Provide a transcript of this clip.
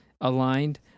aligned